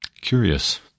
Curious